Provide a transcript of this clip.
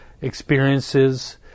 experiences